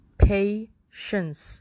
patience